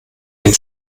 den